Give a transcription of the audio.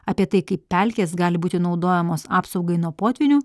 apie tai kaip pelkės gali būti naudojamos apsaugai nuo potvynių